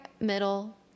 middle